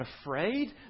afraid